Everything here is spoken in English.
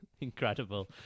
Incredible